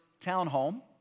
townhome